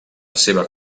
seva